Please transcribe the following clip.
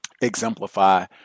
exemplify